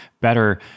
better